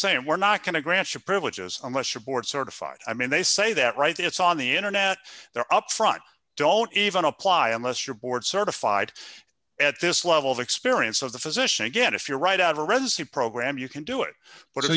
saying we're not going to grant your privileges unless your board certified i mean they say that right it's on the internet they're up front don't even apply unless you're board certified at this level the experience of the physician again if you're right out of a resident program you can do it but